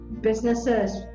businesses